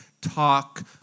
talk